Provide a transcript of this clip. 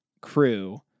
crew